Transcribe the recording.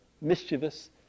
mischievous